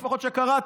לפחות שקראתי.